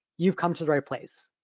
you've come to the right place.